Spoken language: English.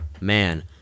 Man